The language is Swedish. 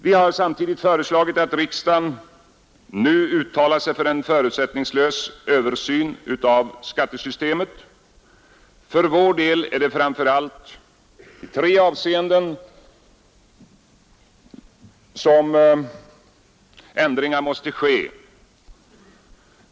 Vi har samtidigt föreslagit att riksdagen uttalar sig för en förutsättningslös översyn av skattesystemet. För vår del är det framför allt i tre avseenden som ändringar måste göras.